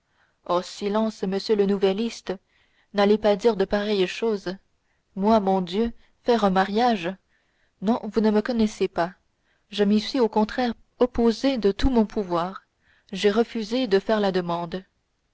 silence monsieur le nouvelliste n'allez pas dire de pareilles choses moi bon dieu faire un mariage non vous ne me connaissez pas je m'y suis au contraire opposé de tout mon pouvoir j'ai refusé de faire la demande